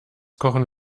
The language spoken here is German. kochen